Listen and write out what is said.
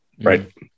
Right